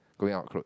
going out clothes